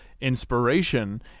inspiration